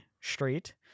Street